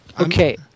Okay